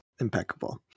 impeccable